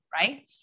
right